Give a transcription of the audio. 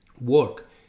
work